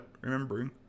remembering